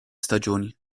stagioni